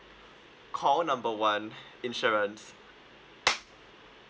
call number one insurance